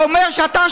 שקרן.